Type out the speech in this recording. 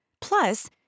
Plus